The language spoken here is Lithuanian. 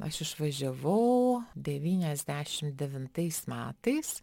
aš išvažiavau devyniasdešim devintais metais